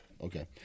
Okay